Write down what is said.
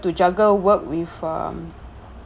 to juggle work with um